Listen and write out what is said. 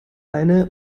eine